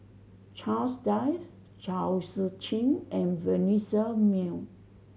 Charles Dyce Chao Tzee Cheng and Vanessa Mae